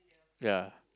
ya